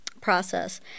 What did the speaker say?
process